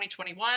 2021